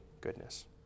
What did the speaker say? goodness